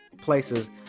Places